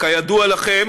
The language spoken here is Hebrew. כידוע לכם,